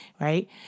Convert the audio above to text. right